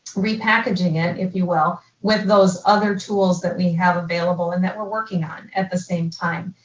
repackaging it, if you will, with those other tools that we have available and that we're working on at the same time.